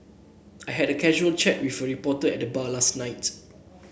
I had a casual chat with a reporter at the bar last night